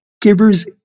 Giver's